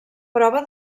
prova